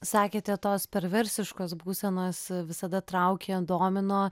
sakėte tos perversiškos būsenos visada traukė domino